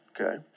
Okay